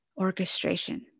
orchestration